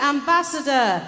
Ambassador